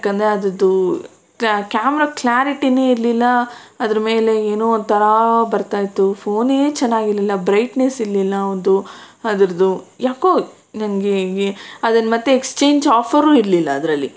ಏಕೆಂದ್ರೆ ಅದ್ರದ್ದು ಕ್ಯಾಮ್ರ ಕ್ಲಾರಿಟಿನೇ ಇರಲಿಲ್ಲ ಅದರ ಮೇಲೆ ಏನೋ ಒಂಥರ ಬರ್ತಾಯಿತ್ತು ಫೋನೇ ಚೆನ್ನಾಗಿರ್ಲಿಲ್ಲ ಬ್ರೈಟ್ನೆಸ್ ಇರ್ಲಿಲ್ಲ ಒಂದು ಅದರದ್ದು ಯಾಕೋ ನನಗೆ ಅದನ್ನು ಮತ್ತೆ ಎಕ್ಸ್ಚೇಂಜ್ ಆಫರೂ ಇರಲಿಲ್ಲ ಅದರಲ್ಲಿ